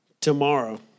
Tomorrow